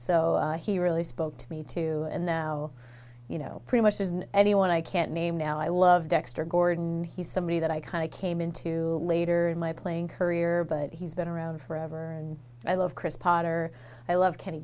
so he really spoke to me too and now you know pretty much anyone i can't name now i love dexter gordon he's somebody that i kind of came into later in my playing career but he's been around forever and i love chris potter i love kenny